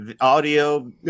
audio